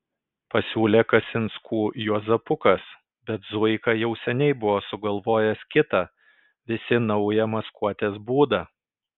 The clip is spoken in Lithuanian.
pasiūlė kasinskų juozapukas bet zuika jau seniai buvo sugalvojęs kitą visi naują maskuotės būdą